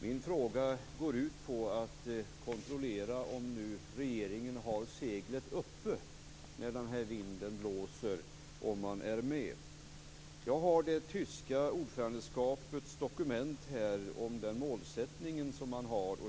Min fråga går ut på att kontrollera om nu regeringen har seglet uppe när den här vinden blåser och om man hänger med. Jag har här dokumentet från ordförandelandet Tyskland om den målsättning man har.